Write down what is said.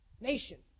Nation